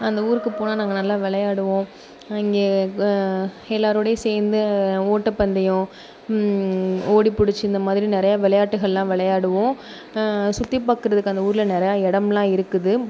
அந்த ஊருக்குப் போனால் நாங்கள் நல்லா விளையாடுவோம் அங்கே எல்லாரோடையும் சேர்ந்து ஓட்டப்பந்தயம் ஓடிப்பிடிச்சு இந்தமாதிரி நிறைய விளையாட்டுகள்லாம் விளையாடுவோம் சுற்றிப் பார்க்கறதுக்கு அந்த ஊரில் நிறையா எடம்லாம் இருக்குது